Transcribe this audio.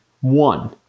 One